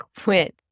quit